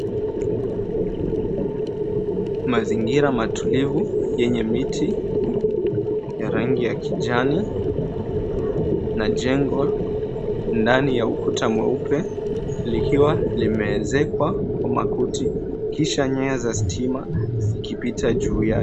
Mazingira matulivu yenye miti ya rangi ya kijani, na jengo ndani ya ukuta mweupe likiwa limeezekwa kwa makuti. Kisha nyayo za stima zikipita juu yake.